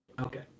Okay